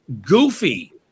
goofy